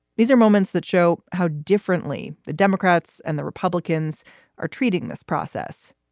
these are moments that show how differently the democrats and the republicans are treating this process,